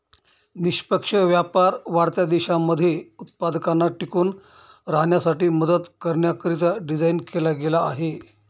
निष्पक्ष व्यापार वाढत्या देशांमध्ये उत्पादकांना टिकून राहण्यासाठी मदत करण्याकरिता डिझाईन केला गेला आहे